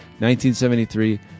1973